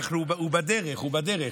הוא בדרך,